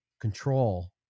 control